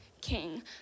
king